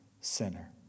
sinner